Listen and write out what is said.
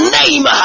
name